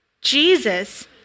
Jesus